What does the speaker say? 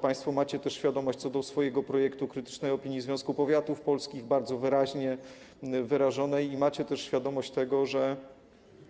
Państwo macie też świadomość co do swojego projektu, krytycznej opinii Związku Powiatów Polskich, bardzo wyraźnie wyrażonej, i macie też świadomość tego, że